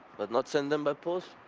but not send them by post.